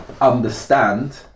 understand